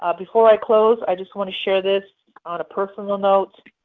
ah before i close i just want to share this on a personal note.